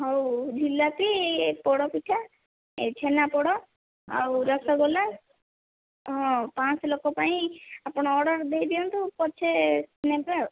ହଉ ଝିଳାପି ପୋଡ଼ ପିଠା ଏ ଛେନାପୋଡ଼ ଆଉ ରସଗୋଲା ହଁ ପାଞ୍ଚଶହ ଲୋକ ପାଇଁ ଆପଣ ଅର୍ଡ଼ର ଦେଇ ଦିଅନ୍ତୁ ପଛେ ନେବେ ଆଉ